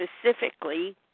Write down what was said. specifically